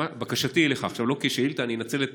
בקשתי אליך עכשיו, לא כשאילתה, ואני אנצל את